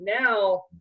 now